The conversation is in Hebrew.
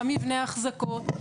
מה מבנה האחזקות,